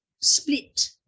split